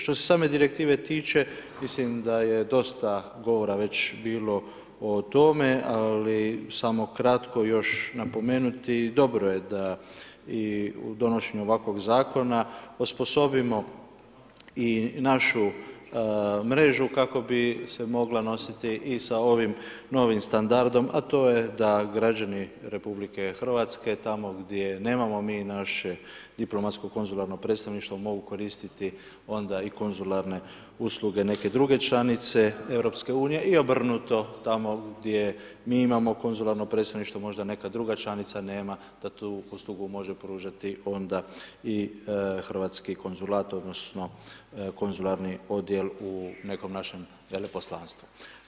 Što se same direktive tiče, mislim da je dosta govora već bilo o tome ali samo kratko još napomenuti, dobro je da i u donošenju ovakvog zakona osposobimo i našu mrežu kako bi se mogla nositi i sa ovim novim standardom a to je da građani RH tamo gdje nemamo mi naše diplomatsko konzularno predstavništvo mogu koristiti onda i konzularne usluge neke druge članice EU i obrnuto, tamo gdje mi imamo konzularno predstavništvo možda neka druga članica nema da tu uslugu može pružati onda i hrvatski konzulat, odnosno konzularni odjel u nekom našem veleposlanstvu.